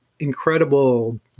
incredible